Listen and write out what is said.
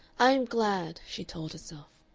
i am glad, she told herself,